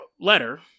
letter